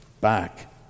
back